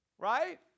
Right